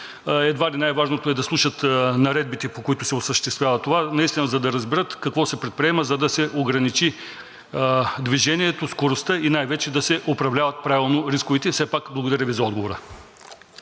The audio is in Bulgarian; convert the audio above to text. едва ли най-важното е да слушат наредбите, по които се осъществява това, за да разберат какво се предприема, за да се ограничи движението, скоростта и най-вече да се управляват правилно рисковете. И все пак благодаря Ви за отговора.